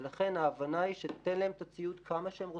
ולכן ההבנה היא לתת להם את הציוד כמה שהם רוצים,